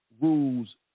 rules